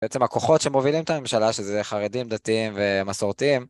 בעצם הכוחות שמובילים את הממשלה, שזה חרדים, דתיים ומסורתיים.